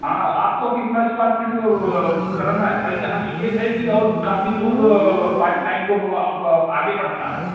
हाँ आपको कितना स्क्वेर फीट का कराना है खाली जहाँ लीकेज है कि और काफी दूर पाइप लाइन को अब आगे बढ़ाना है